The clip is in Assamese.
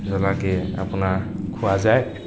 জ্বলাকে আপোনাৰ খোৱা যায়